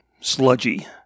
sludgy